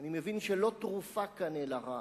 אני מבין שלא תרופה כאן אלא רעל.